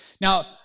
Now